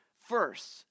First